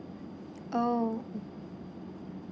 oh